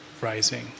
rising